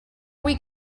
week